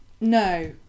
No